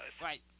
Right